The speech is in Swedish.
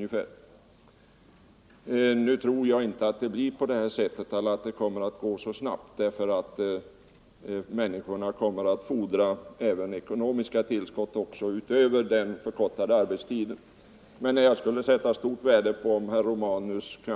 Jag tror därför inte att vi kommer att få en 30-timmarsvecka eller att det kommer att gå så snabbt som herr Romanus säger; människorna kommer att fordra ekonomiska tillskott utöver den förkortade arbetstiden. Men jag skulle sätta stort värde på om herr Romanus gick